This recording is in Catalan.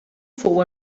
fou